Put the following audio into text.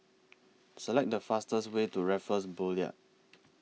Select The fastest Way to Raffles Boulevard